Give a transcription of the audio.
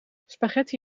spaghetti